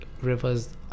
rivers